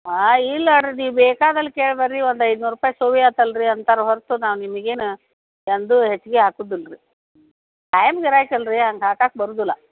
ಆಂ ಇಲ್ಲಾರಿ ನೀವು ಬೇಕಾದಲ್ಲಿ ಕೇಳಿ ಬನ್ರಿ ಒಂದು ಐದುನೂರು ಸೋವಿ ಆತಲ್ಲ ರಿ ಅಂತಾರೆ ಹೊರತು ನಾ ನಿಮ್ಗೇನೂ ಎಂದೂ ಹೆಚ್ಚಿಗೆ ಹಾಕೋದಿಲ್ರಿ ಖಾಯಂ ಗಿರಾಕಿ ಅಲ್ಲರೀ ಹಂಗೆ ಹಾಕಕ್ಕೆ ಬರೋದಿಲ್ಲ